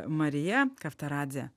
marija kavtaradzė